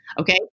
Okay